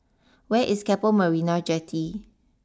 where is Keppel Marina Jetty